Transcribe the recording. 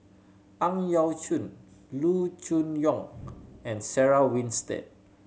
Ang Yau Choon Loo Choon Yong and Sarah Winstedt